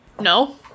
No